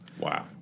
Wow